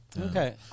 Okay